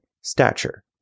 Stature